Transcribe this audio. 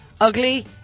Ugly